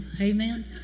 Amen